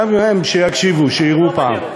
גם הם שיקשיבו, שיראו פעם.